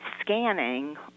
scanning